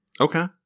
Okay